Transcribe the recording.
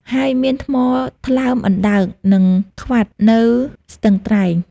ហើយមានថ្មថ្លើមអណ្ដើក និង ក្វាត នៅស្ទឹងត្រែង។